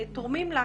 תורמים לה.